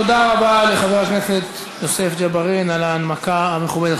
תודה רבה לחבר הכנסת יוסף ג'בארין על ההנמקה המכובדת.